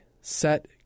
Set